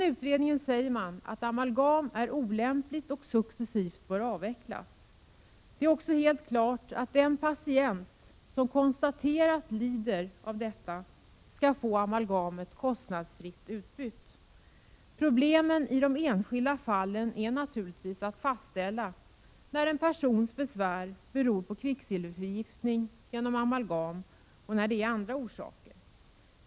I utredningen säger man att amalgam är olämpligt och att användningen successivt bör avvecklas. Det är också helt klart att den patient som konstaterat lider av att ha amalgamfyllningar skall få amalgamet kostnadsfritt utbytt. Problemen i de enskilda fallen gäller naturligtvis att fastställa när en persons besvär beror på kvicksilverförgiftning genom amalgam och när orsakerna är andra.